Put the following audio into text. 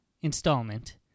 installment